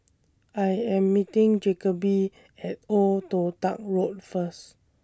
I Am meeting Jacoby At Old Toh Tuck Road First